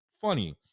funny